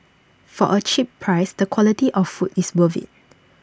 for A cheap price the quality of food is worth IT